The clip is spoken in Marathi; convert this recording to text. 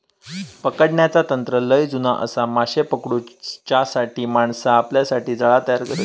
पकडण्याचा तंत्र लय जुना आसा, माशे पकडूच्यासाठी माणसा आपल्यासाठी जाळा तयार करतत